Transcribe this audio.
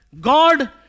God